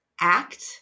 act